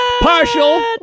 Partial